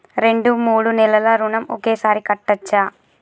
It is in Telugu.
రెండు మూడు నెలల ఋణం ఒకేసారి కట్టచ్చా?